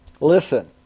listen